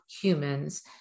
humans